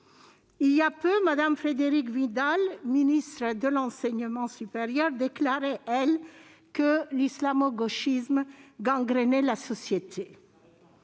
Il y a peu, Mme Frédérique Vidal, ministre de l'enseignement supérieur déclarait, elle, que l'islamo-gauchisme « gangrénait » la société.